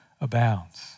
abounds